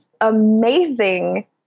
amazing